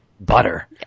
butter